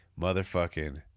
motherfucking